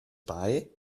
bei